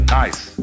nice